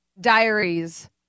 Diaries